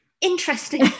interesting